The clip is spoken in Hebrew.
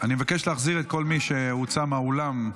אני מבקש להחזיר את כל מי שהוצא מהאולם.